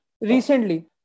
recently